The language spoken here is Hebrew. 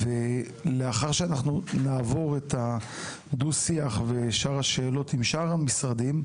לאחר שנעבור את דו-השיח ושאר השאלות עם שאר המשרדים,